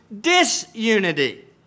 disunity